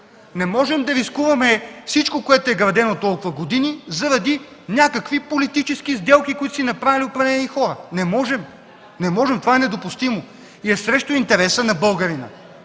не можем да рискуваме всичко, което е градено толкова години, заради някакви политически сделки, които си направили определени хора! Не можем, не можем, това е недопустимо и е срещу интереса на българина!